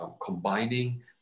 combining